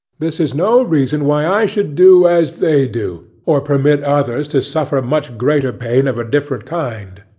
this is no reason why i should do as they do, or permit others to suffer much greater pain of a different kind.